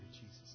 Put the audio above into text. Jesus